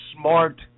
smart